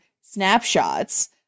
snapshots